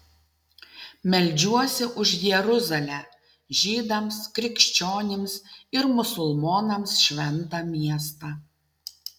meldžiuosi už jeruzalę žydams krikščionims ir musulmonams šventą miestą